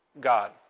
God